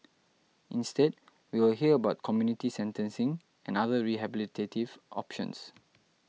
instead we will hear about community sentencing and other rehabilitative options